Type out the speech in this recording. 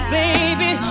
baby